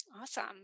Awesome